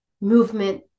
movement